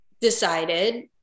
decided